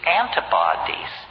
antibodies